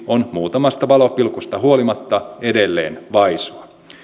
on muutamasta valopilkusta huolimatta edelleen vaisua